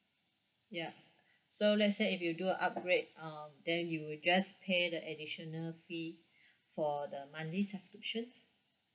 ya so let's say if you do a upgrade um then you will just pay the additional fee for the monthly subscription